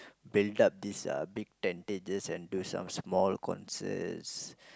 build up this uh big tentages and do some small concerts